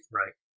right